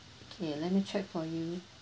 okay let me check for you